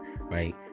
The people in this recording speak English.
right